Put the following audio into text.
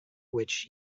which